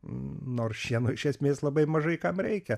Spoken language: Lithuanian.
nors šieno iš esmės labai mažai kam reikia